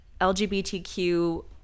LGBTQ